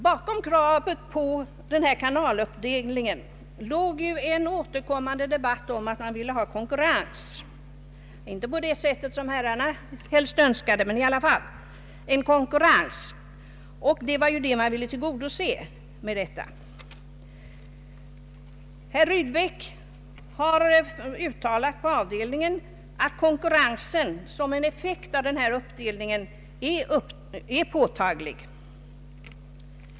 Bakom kravet på en kanaluppdelning låg en återkommande debatt om att man ville ha konkurrens, inte på det sättet som herrarna helst önskade, men i alla fall en konkurrens. En sådan konkurrens ville man tillgodose genom en kanaluppdelning. Herr Rydbeck uttalade inför avdelningen att konkurrensen som en effekt av kanaluppdelningen är påtaglig.